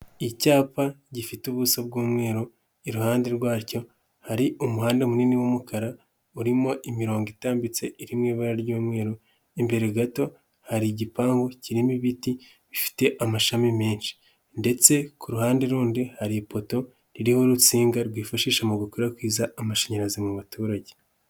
Icyapa gifite ubuso bw'umweru, iruhande rwacyo, hari umuhanda munini w'umukara, urimo imirongo itambitse iri mu ibara ry'umweru, imbere gato hari igipangu kirimo ibiti bifite amashami menshi, ndetse ku ruhande rundi hari ipoto ririho urutsinga rwifashishwa mu gukwirakwiza amashanyarazi mu baturage.